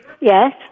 Yes